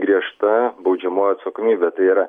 griežta baudžiamoji atsakomybė tai yra